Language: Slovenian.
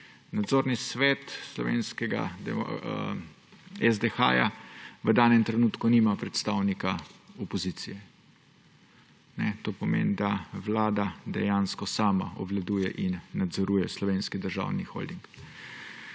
nadzorni svet SDH v danem trenutku nima predstavnika opozicije. To pomeni, da Vlada dejansko sama obvladuje in nadzoruje Slovenski državni holding.